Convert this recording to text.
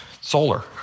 solar